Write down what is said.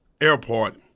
airport